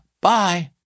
Bye